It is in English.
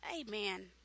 Amen